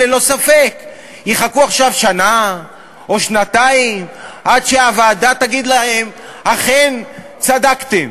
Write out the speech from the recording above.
הם ללא ספק יחכו עכשיו שנה או שנתיים עד שהוועדה תגיד להם "אכן צדקתם",